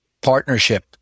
partnership